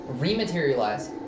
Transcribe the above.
rematerialize